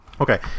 Okay